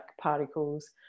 particles